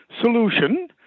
solution